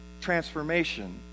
transformation